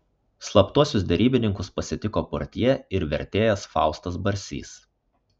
slaptuosius derybininkus pasitiko portjė ir vertėjas faustas barsys